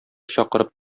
чакырып